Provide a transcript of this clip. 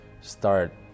start